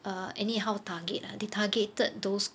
err anyhow target lah they targeted those